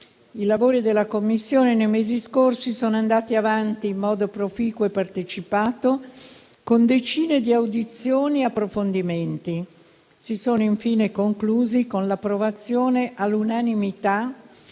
I lavori della Commissione nei mesi scorsi sono andati avanti in modo proficuo e partecipato, con decine di audizioni e approfondimenti. Si sono infine conclusi con l'approvazione all'unanimità